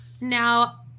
now